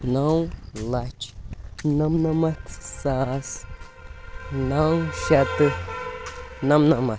نَو لَچھ نَمنَمَتھ ساس نَو شٮ۪تھ تہٕ نَمنَمَتھ